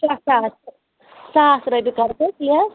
شےٚ ساس ساس رۄپیہِ کَر سہ حظ لیٚس